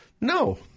No